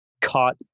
caught